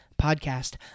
Podcast